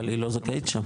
אבל היא לא זכאית שם.